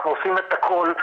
אנחנו עושים את הכל,